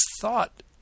thought